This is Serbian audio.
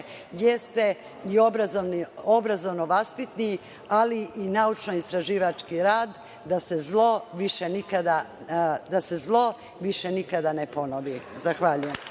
jeste i obrazovno- vaspitni, ali i naučno-istraživački rad, da se zlo više nikada ne ponovi. Zahvaljujem.